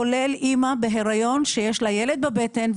כולל אימא בהריון שיש לה ילד בבטן,